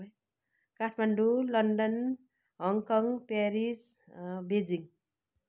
Kathmandu London Hong Kong Paris बिजिङ